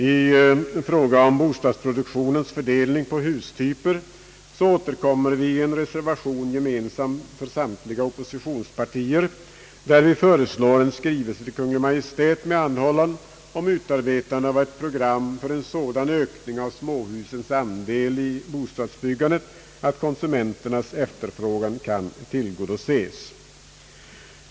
I fråga om bostadsproduktionens fördelning på hustyper återkommer vi i en reservation, gemensam för samtliga oppositionspartier, där vi föreslår en skrivelse till Kungl. Maj:t med anhållan om utarbetande av ett program för en sådan ökning av småhusens andel av bostadsbyggandet att konsumenternas efterfrågan kan tillgodoses.